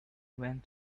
went